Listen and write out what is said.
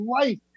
life